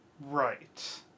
Right